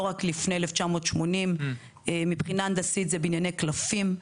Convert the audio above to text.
לא רק לפני 1980. מבחינה הנדסית זה בנייני קלפים.